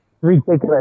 Ridiculous